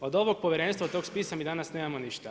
Od ovog povjerenstva, od tog spisa mi danas nemamo ništa.